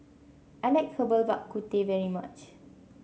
I like Herbal Bak Ku Teh very much